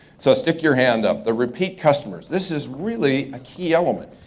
so stick your hand up. the repeat customers. this is really a key element.